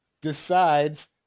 decides